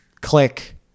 click